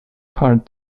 hard